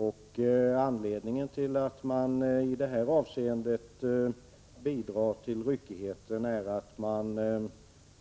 Och anledningen till att man i det här avseendet bidrar till ryckigheten är att man